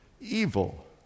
evil